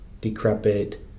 decrepit